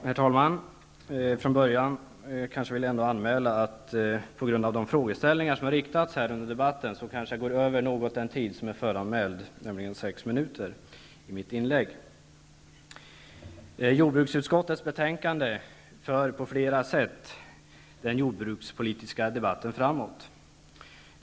Herr talman! Från början vill jag anmäla att jag på grund av de frågor som har ställts under debatten kanske kommer att behöva litet mera tid än de sex minuter som är föranmälda. Jordbruksutskottets betänkande för på flera sätt den jordbrukspolitiska debatten framåt.